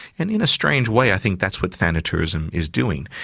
and in a strange way i think that's what thanatourism is doing.